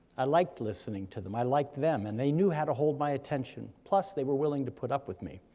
i liked listening to them, i liked them, and they knew how to hold my attention, plus they were willing to put up with me.